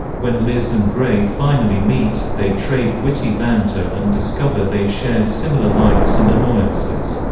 when liz and gray finally meet, they trade witty banter and discover they share similar likes and annoyances.